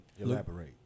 elaborate